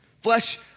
flesh